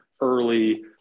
early